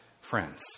friends